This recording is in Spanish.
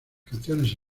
canciones